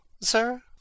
sir